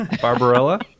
Barbarella